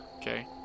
Okay